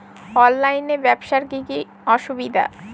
অনলাইনে ব্যবসার কি কি অসুবিধা?